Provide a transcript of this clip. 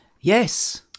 Yes